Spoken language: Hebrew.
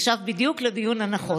התיישבת בדיוק לדיון הנכון.